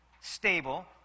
stable